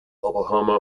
oklahoma